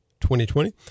2020